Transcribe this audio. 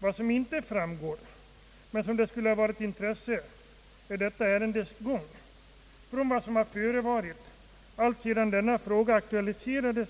Vad som inte framgår men som skulle ha varit av intresse är detta ärendes gång från vad som förevarit alltsedan denna fråga aktualiserades